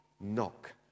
knock